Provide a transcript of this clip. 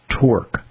torque